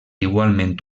igualment